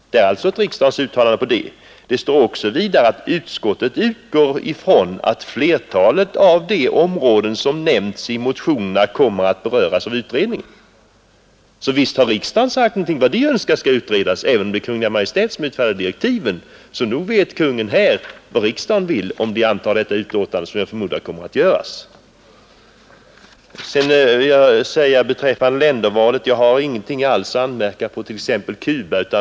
Det finns alltså ett uttalande från riksdagen om detta. Vidare står det: ”Utskottet utgår ifrån att flertalet av de områden som nämnts i motionerna kommer att beröras av utredningen.” Visst har riksdagen sagt vad den önskar skall utredas. Det är visserligen Kungl. Maj:t som utfärdar direktiven, men Kungl. Maj:t vet mycket väl vad riksdagen vill, om förslagen i detta betänkande antas, vilket jag förmodar kommer att ske. Beträffande ländervalet har jag ingenting att anmärka mot exempelvis Cuba.